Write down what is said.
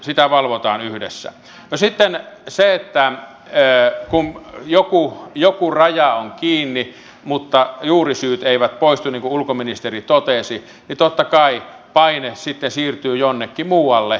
no sitten mitä tulee siihen että kun joku raja on kiinni mutta juurisyyt eivät poistu niin kuin ulkoministeri totesi niin totta kai paine sitten siirtyy jonnekin muualle